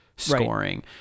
scoring